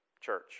Church